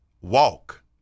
walk